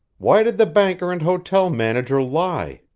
why did the banker and hotel manager lie?